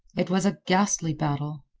it was a ghastly battle.